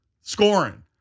scoring